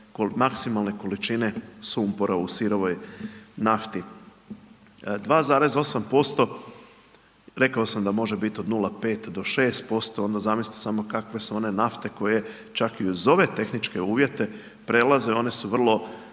maksimalne količine sumpora u sirovoj nafti. 2,8%, rekao sam da može biti od 0,5-6%, onda zamislite samo kakve su one nafte koje čak i uz ove tehničke uvjete prelaze, one su vrlo